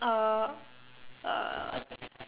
uh uh